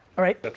alright. but